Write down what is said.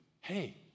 Hey